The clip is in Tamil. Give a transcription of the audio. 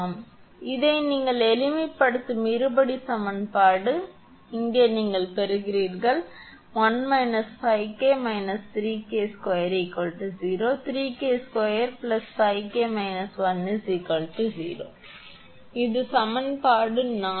எனவே இது நீங்கள் எளிமைப்படுத்தும் இருபடி சமன்பாடு எனவே நீங்கள் பெறுவீர்கள் 1 − 5𝐾 − 3𝐾2 0 3𝐾2 5𝐾 − 1 0 இது சமன்பாடு 4